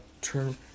turn